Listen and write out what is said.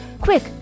Quick